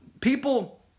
people